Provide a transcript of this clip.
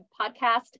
podcast